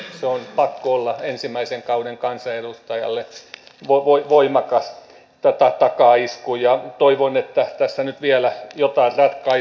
sen on pakko olla ensimmäisen kauden kansanedustajalle voimakas takaisku ja toivon että tässä nyt vielä joitain ratkaisuja löytyy